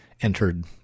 entered